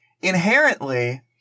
inherently